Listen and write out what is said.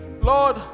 Lord